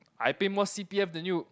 I pay more c_p_f than you